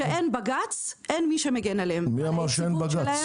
כשאין בג"צ, אין מי שמגן עליהם מי אמר שאין בג"צ?